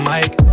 Mike